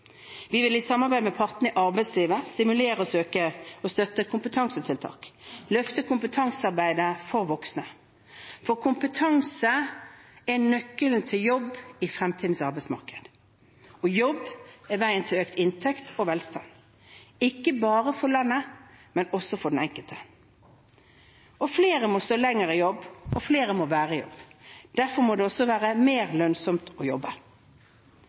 Vi vil i samarbeid med partene i arbeidslivet stimulere til og støtte kompetansetiltak – løfte kompetansearbeidet for voksne. For kompetanse er nøkkelen til jobb i fremtidens arbeidsmarked, og jobb er veien til økt inntekt og velstand – ikke bare for landet, men også for den enkelte. Flere må stå lenger i jobb, og flere må være i jobb. Derfor må det også være mer lønnsomt å jobbe.